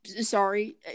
Sorry